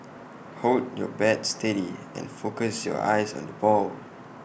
hold your bat steady and focus your eyes on the ball